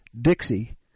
Dixie